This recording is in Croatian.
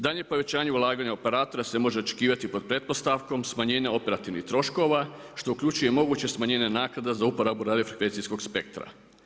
Daljnje povećavanje ulaganja operatora se može očekivati pod pretpostavkom smanjenja operativnih troškova što uključuje moguće smanjenje naknada za uporabu radio frekvencijskog spektra.